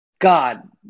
God